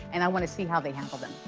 and i wanna see how they handle them.